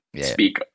speak